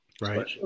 right